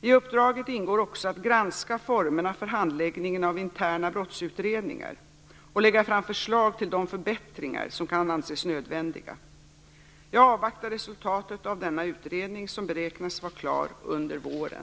I uppdraget ingår också att granska formerna för handläggningen av interna brottsutredningar och lägga fram förslag till de förbättringar som kan anses nödvändiga. Jag avvaktar resultatet av denna utredning som beräknas vara klar under våren.